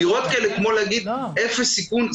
אמירות כאלה כמו להגיד אפס סיכון,